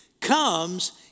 comes